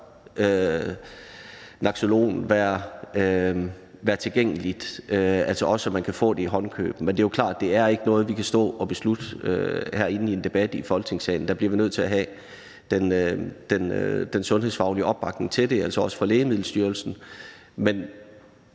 naloxon være tilgængeligt, også så man kan få det i håndkøb. Men det er klart, at det ikke er noget, vi kan stå og beslutte herinde i en debat i Folketingssalen. Der bliver vi nødt til at have den sundhedsfaglige opbakning til det, altså også fra Lægemiddelstyrelsen.